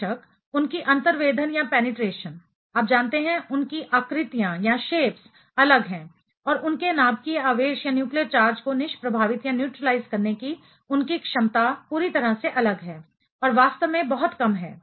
बेशक उनकी अंतर्वेधन पेनिट्रेशन आप जानते हैं उनकी आकृतियाँ अलग हैं और उनके नाभिकीय आवेश न्यूक्लियर चार्ज को निष्प्रभावित न्यूट्रीलाइज करने की उनकी क्षमता पूरी तरह से अलग है और वास्तव में बहुत कम है